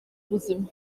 ubuzima